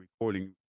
recording